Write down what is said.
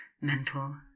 mental